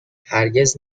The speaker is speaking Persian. هرگز